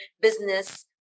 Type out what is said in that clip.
business